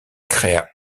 créa